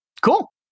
Cool